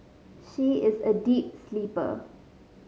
she is a deep sleeper